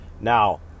Now